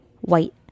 white